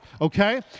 okay